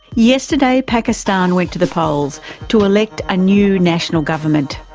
yesterday pakistan went to the polls to elect a new national government.